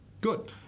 good